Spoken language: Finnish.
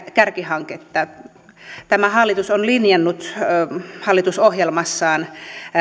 kärkihanketta tämä hallitus on linjannut hallitusohjelmassaan